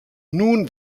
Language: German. nun